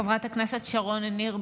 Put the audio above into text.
חברת הכנסת שרון ניר,